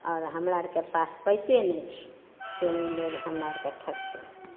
और हमरा आरके पास पैसे नहि छै से उ लोग हमरा आर के ठकतै